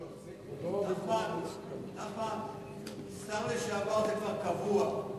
נחמן, שר לשעבר זה כבר קבוע.